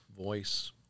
voice